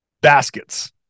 baskets